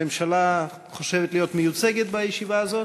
הממשלה חושבת להיות מיוצגת בישיבה הזאת?